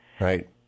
right